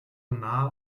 nah